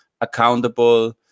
accountable